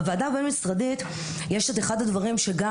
בוועדה הבין-משרדית יש אחד הדברים שגם,